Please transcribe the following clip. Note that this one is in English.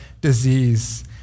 disease